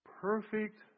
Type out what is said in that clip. perfect